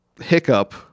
hiccup